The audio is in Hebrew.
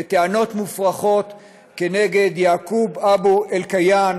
בטענות מופרכות כנגד יעקוב אבו אלקיעאן,